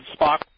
Spock